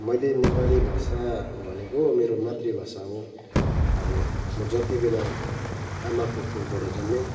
मैले नेपाली भाषा भनेको मेरो मातृभाषा हो अब म जतिबेला आमाको कोखबाट जन्मिएँ